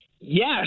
Yes